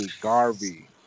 Garvey